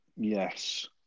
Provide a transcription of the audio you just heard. Yes